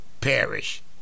perish